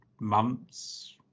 months